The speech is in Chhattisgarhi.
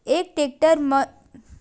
एक टेक्टर में कतेक किलोग्राम फसल आता है?